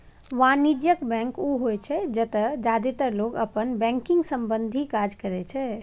वाणिज्यिक बैंक ऊ होइ छै, जतय जादेतर लोग अपन बैंकिंग संबंधी काज करै छै